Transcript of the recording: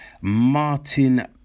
Martin